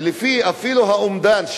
ולפי האומדן,